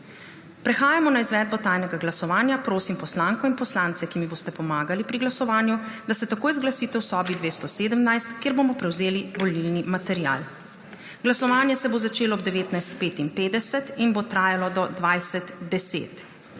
Prehajamo na izvedbo tajnega glasovanja. Prosim poslanko in poslance, ki mi boste pomagali pri glasovanju, da se takoj zglasijo v sobi 217, kjer bomo prevzeli volilni material. Glasovanje se bo začelo ob 19.55 in bo trajalo do 20.10.